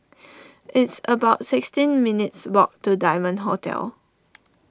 it's about sixteen minutes' walk to Diamond Hotel